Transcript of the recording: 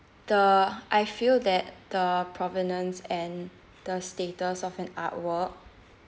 the I feel that the provenance and the status of an artwork